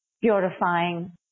purifying